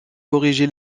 corrigé